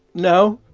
no.